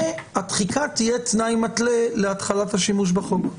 והתחיקה תהיה תנאי מתלה להתחלת השימוש בחוק.